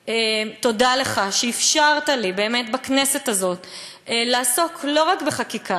תודה לך שאפשרת לי באמת בכנסת הזאת לעסוק לא רק בחקיקה